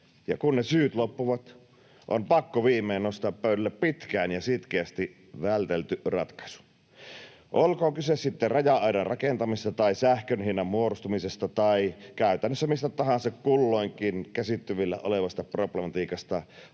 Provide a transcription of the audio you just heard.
ja kun ne syyt loppuvat, on pakko viimein nostaa pöydälle pitkään ja sitkeästi vältelty ratkaisu. Olkoon kyse sitten raja-aidan rakentamisesta tai sähkön hinnan muodostumisesta tai käytännössä mistä tahansa kulloinkin käsillä olevasta problematiikasta,